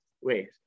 wait